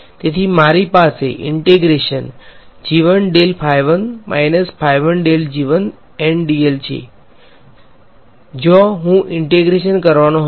તેથી મારી પાસે તે છે જ્યાં હું ઈંટેગ્રેશન કરવાનો હતો